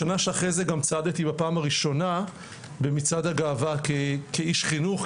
בשנה שאחרי זה גם צעדתי בפעם הראשונה במצעד הגאווה כאיש חינוך,